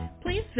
Please